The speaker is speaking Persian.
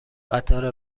قطار